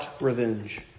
revenge